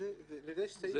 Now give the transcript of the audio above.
לזה יש סעיף.